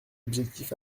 objectifs